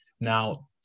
now